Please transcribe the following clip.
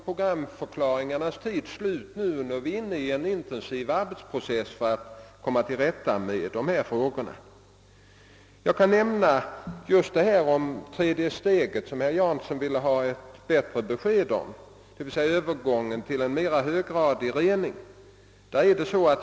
Programförklaringarnas tid är slut; nu är vi inne i en intensiv arbets process för att komma till rätta med dessa problem. Herr Jansson ville ha bättre besked om det tredje steget, d. v. s. övergången till en mera höggradig rening.